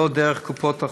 ולא דרך קופות החולים.